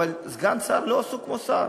אבל סגן שר לא עסוק כמו שר.